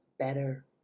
better